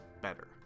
better